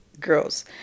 girls